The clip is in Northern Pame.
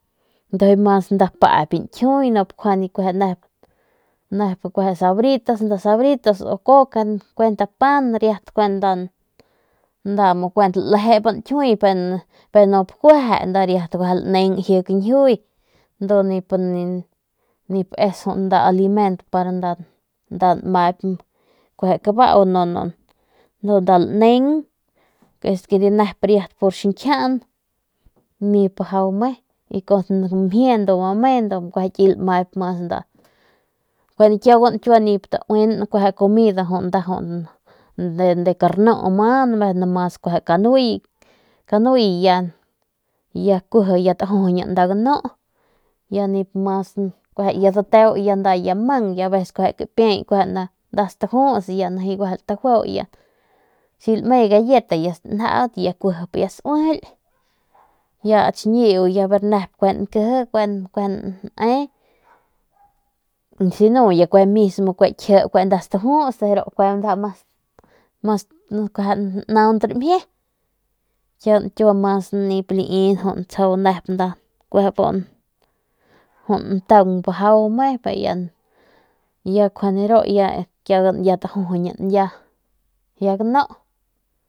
No kjuende sabritas o coca cuent nda pan nda kuent lejemp nkijiuy nip es nda alimento para nda nmaip ni biu nda lnin ni bi ta xinkijian canuyi tlejenan nda ganu kueje ya dateu nda kpiey con nda galleta lnan ast xiñiu kue kara tnankie tjuusan nda ma stanan kiua nip tsjau lii nda kuje nda ntan bajau me ya tjujuñin ya gnu.